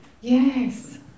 Yes